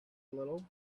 little